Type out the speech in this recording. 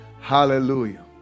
Hallelujah